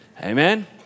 Amen